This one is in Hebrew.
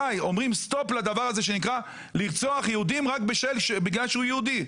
די אומרים סטופ לדבר הזה שנקרא לרצוח יהודי רק בגלל שהוא יהודי.